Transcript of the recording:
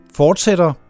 fortsætter